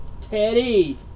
Teddy